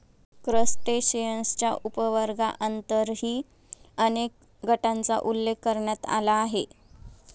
क्रस्टेशियन्सच्या उपवर्गांतर्गतही अनेक गटांचा उल्लेख करण्यात आला आहे